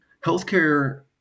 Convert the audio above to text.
Healthcare